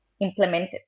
implemented